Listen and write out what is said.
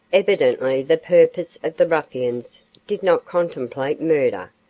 evidently the purpose of the ruffians did not contemplate murder,